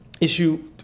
issue